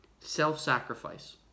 self-sacrifice